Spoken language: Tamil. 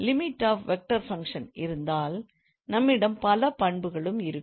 லிமிட் ஆப் வெக்டார் ஃபங்க்ஷன் இருந்தால் நம்மிடம் பல பண்புகளும் இருக்கும்